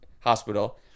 hospital